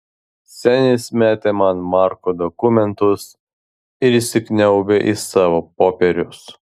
senis metė man marko dokumentus ir įsikniaubė į savo popierius